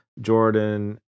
Jordan